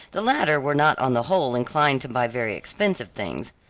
the latter were not on the whole inclined to buy very expensive things,